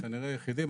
כנראה יחידים,